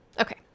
okay